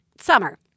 summer